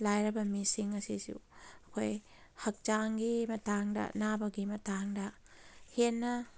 ꯂꯥꯏꯔꯕ ꯃꯤꯁꯤꯡ ꯑꯁꯤꯁꯨ ꯑꯩꯈꯣꯏ ꯍꯛꯆꯥꯡꯒꯤ ꯃꯇꯥꯡꯗ ꯅꯥꯕꯒꯤ ꯃꯇꯥꯡꯗ ꯍꯦꯟꯅ